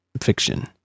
fiction